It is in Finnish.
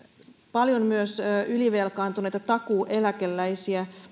paljon myös ylivelkaantuneita takuueläkeläisiä